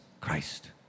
Christ